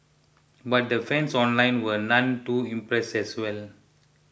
but the fans online were none too impressed as well